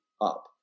up